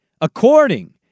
according